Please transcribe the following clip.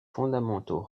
fondamentaux